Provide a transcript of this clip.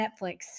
Netflix